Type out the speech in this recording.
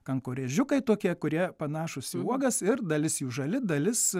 kankorėžiukai tokie kurie panašūs į uogas ir dalis jų žali dalis